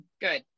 good